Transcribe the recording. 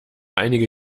einige